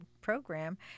program